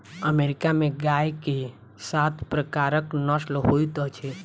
America में गाय के सात प्रकारक नस्ल होइत अछि